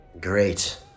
Great